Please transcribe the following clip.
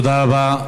תודה רבה.